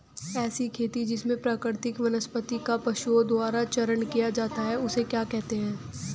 ऐसी खेती जिसमें प्राकृतिक वनस्पति का पशुओं द्वारा चारण किया जाता है उसे क्या कहते हैं?